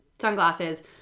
sunglasses